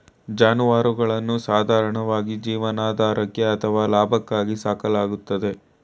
ಜಾನುವಾರುಗಳನ್ನು ಸಾಧಾರಣವಾಗಿ ಜೀವನಾಧಾರಕ್ಕೆ ಅಥವಾ ಲಾಭಕ್ಕಾಗಿ ಸಾಕಲಾಗ್ತದೆ